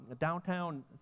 downtown